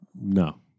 No